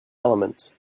elements